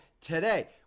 Today